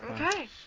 okay